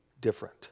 different